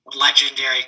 legendary